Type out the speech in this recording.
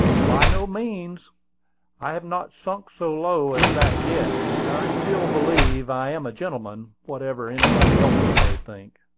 by no means i have not sunk so low as that yet and i still believe i am a gentleman, whatever anybody else may think.